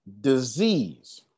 Disease